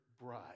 bride